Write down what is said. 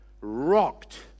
rocked